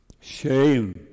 Shame